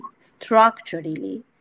structurally